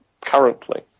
currently